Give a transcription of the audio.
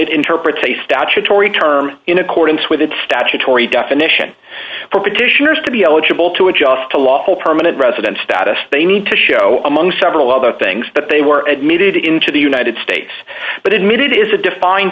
it interprets a statutory term in accordance with its statutory definition for petitioners to be eligible to adjust to lawful permanent resident status they need to show among several other things but they were admitted into the united states but it needed is a defined